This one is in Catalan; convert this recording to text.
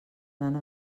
anant